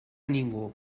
ningú